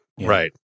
right